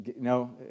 no